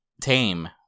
tame